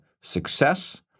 success